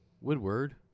Woodward